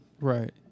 Right